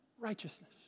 righteousness